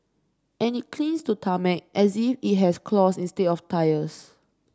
and it clings to tarmac as if it has claws instead of tyres